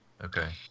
Okay